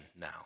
now